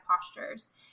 postures